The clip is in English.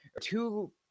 two